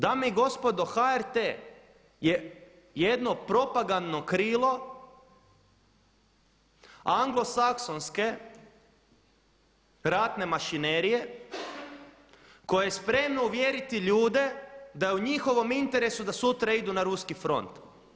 Dame i gospodo HRT je jedno propagandno krilo anglosaksonske ratne mašinerije koje je spremno uvjeriti ljude da je u njihovom interesu da sutra idu na ruski front.